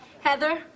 Heather